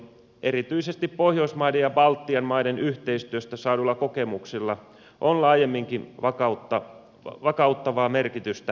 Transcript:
erityisesti pohjoismaiden ja baltian maiden yhteistyöstä saaduilla kokemuksilla on laajemminkin vakauttavaa merkitystä lähialueellamme